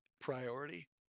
priority